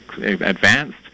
advanced